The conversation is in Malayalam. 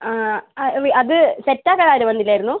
ആ അത് സെറ്റാക്കാനാരും വന്നിലായിരുന്നു